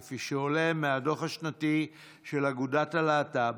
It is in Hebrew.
כפי שעולה מהדוח השנתי של אגודת הלהט"ב,